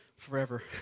Forever